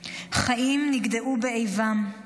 חיים נגדעו באיבם,